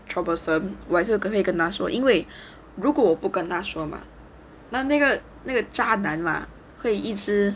troublesome 我还是会跟他说因为如果不跟他说嘛那那个那个渣男 mah 会一直